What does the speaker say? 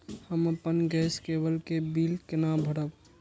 हम अपन गैस केवल के बिल केना भरब?